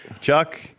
Chuck